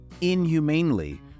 inhumanely